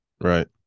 Right